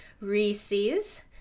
Reese's